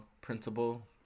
Principle